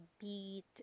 beat